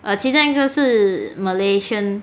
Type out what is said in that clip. err 其中一个是 malaysian